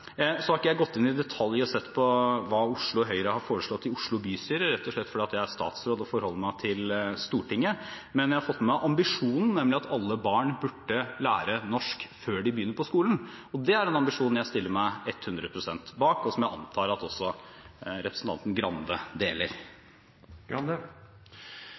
Så har jeg ikke i detalj gått inn og sett på hva Oslo Høyre har foreslått i Oslo bystyre, rett og slett fordi jeg er statsråd og forholder meg til Stortinget, men jeg har fått med meg ambisjonen, nemlig at alle barn bør lære norsk før de begynner på skolen. Det er en ambisjon jeg stiller meg 100 pst. bak, og som jeg antar at representanten Grande deler.